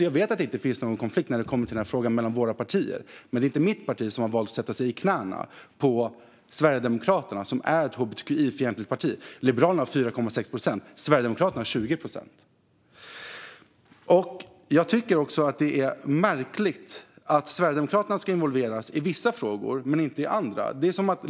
Jag vet att det inte finns någon konflikt mellan våra partier när det kommer till den här frågan, men det är inte mitt parti som har valt att sätta sig i knäet på Sverigedemokraterna som är ett hbtqi-fientligt parti. Liberalerna har 4,6 procent, och Sverigedemokraterna har 20 procent. Jag tycker också att det är märkligt att Sverigedemokraterna ska involveras i vissa frågor men inte i andra.